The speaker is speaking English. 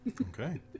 Okay